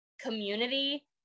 community